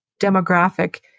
demographic